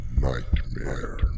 Nightmare